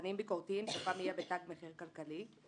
שתכנים ביקורתיים סופם יהיה ב"תג מחיר" כלכלי.